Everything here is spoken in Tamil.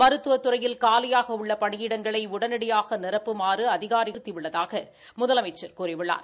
மருத்துவத் துறையில் காலியாக உள்ள பணியிடங்களை உடனடியாக நிரப்புமாறு அதிகாரிகளுக்கு அறிவுறுத்தியுள்ளதாக முதலமைச்சர் கூறியுள்ளார்